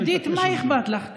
עידית, מה אכפת לך?